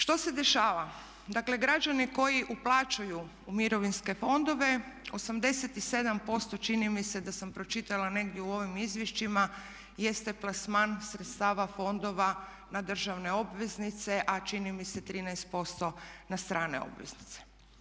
Što se dešava, dakle građani koji uplaćuju u mirovinske fondove 87% čini mi se da sam pročitala negdje u ovim izvješćima jeste plasman sredstava fondova na državne obveznice a čini mi se 13% na strane obveznice.